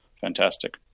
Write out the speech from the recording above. fantastic